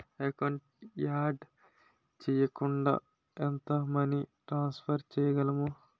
Account add చేయకుండా ఎంత money transfer చేయగలము?